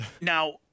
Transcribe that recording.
now